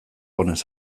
onez